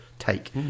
take